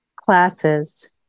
Classes